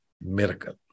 miracle